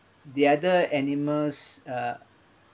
the other animals uh